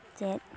ᱪᱮᱫ